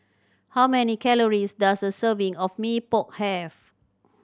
how many calories does a serving of Mee Pok have